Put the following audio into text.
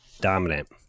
dominant